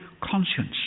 conscience